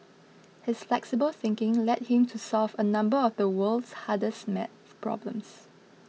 his flexible thinking led him to solve a number of the world's hardest math problems